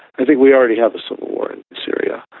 i think we already have a civil war in syria.